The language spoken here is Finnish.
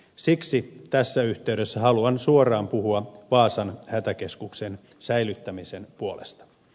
siksi tässä yhteydessä haluan suoraan puhua vaasan hätäkeskuksen säilyttämisen puolesta